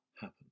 happen